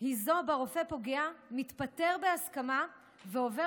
היא רופא פוגע המתפטר בהסכמה ועובר